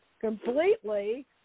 completely